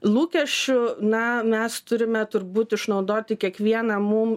lūkesčių na mes turime turbūt išnaudoti kiekvieną mum